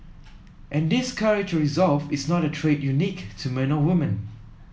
and this courage or resolve is not a trait unique to men or woman